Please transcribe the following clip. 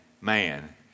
man